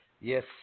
Yes